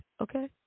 Okay